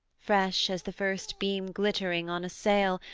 fresh as the first beam glittering on a sail,